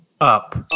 up